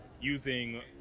using